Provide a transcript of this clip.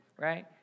right